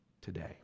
today